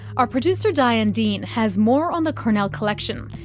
our producer diane dean has more on the cornell collection,